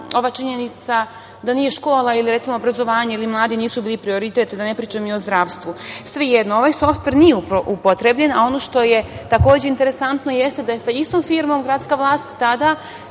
ova činjenica da škola ili obrazovanje ili mladi nisu bili prioritet, da ne pričam i o zdravstvu. Svejedno, ovaj softver nije upotrebljen, a ono što je interesantno jeste da je sa istom firmom gradska vlast tada,